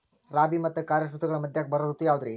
ರಾಬಿ ಮತ್ತ ಖಾರಿಫ್ ಋತುಗಳ ಮಧ್ಯಕ್ಕ ಬರೋ ಋತು ಯಾವುದ್ರೇ?